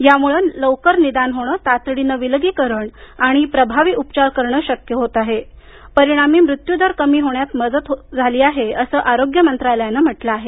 यामुळे लवकर निदान होणं तातडीनं विलगीकरण आणि प्रभावी उपचार करणं शक्य होत आहे परिणामी मृत्यूदर कमी होण्यास मदत झाली आहे असं आरोग्य मंत्रालयानं म्हटलं आहे